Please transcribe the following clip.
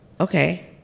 Okay